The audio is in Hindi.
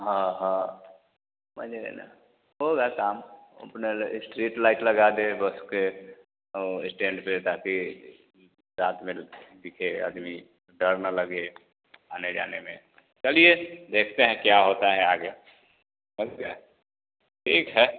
हाँ हाँ मने न होगा काम अपने इस्ट्रीट लाइट लगा दे बस के वह इस्टैंड पर ताकि रात में दिखे आदमी डर न लगे आने जाने में चलिए देखते हैं क्या होता है आगे समझ गए ठीक है